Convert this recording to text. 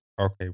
Okay